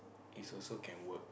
is also can work